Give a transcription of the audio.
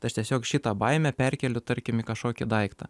tai aš tiesiog šitą baimę perkeliu tarkim į kažkokį daiktą